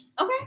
okay